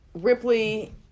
Ripley